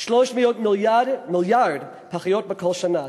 300 מיליארד פחיות בכל שנה.